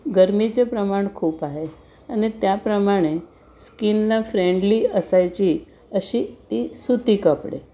गरमीचे प्रमाण खूप आहे आणि त्याप्रमाणे स्किनला फ्रेंडली असायची अशी ती सुती कपडे